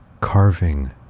carving